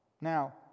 Now